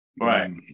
Right